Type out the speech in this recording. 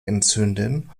entzünden